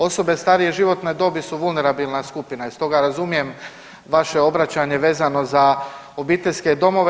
Osobe starije životne dobi su vunerabilna skupina i stoga razumijem vaše obraćanje vezano za obiteljske domove.